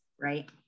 right